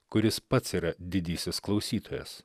kuris pats yra didysis klausytojas